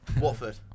Watford